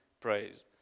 praise